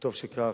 וטוב שכך,